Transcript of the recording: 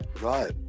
Right